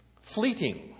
fleeting